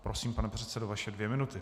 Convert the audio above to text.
Prosím, pane předsedo, vaše dvě minuty.